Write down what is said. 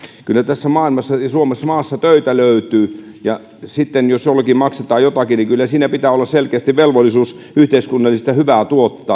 kyllä tässä maailmassa ja suomessa töitä löytyy ja jos jollekin maksetaan jotakin niin kyllä siinä pitää olla selkeästi velvollisuus tuottaa yhteiskunnallista hyvää